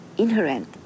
Inherent